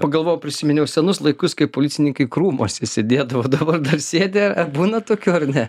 pagalvojau prisiminiau ir senus laikus kai policininkai krūmuose sėdėdavo dabar dar sėdi a būna tokių ar ne